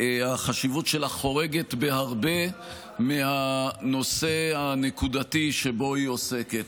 החשיבות שלה חורגת בהרבה מהנושא הנקודתי שבו היא עוסקת.